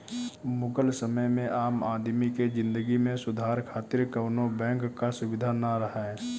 मुगल समय में आम आदमी के जिंदगी में सुधार खातिर कवनो बैंक कअ सुबिधा ना रहे